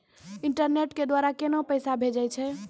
Internet के द्वारा केना पैसा भेजय छै?